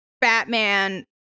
Batman